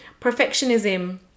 perfectionism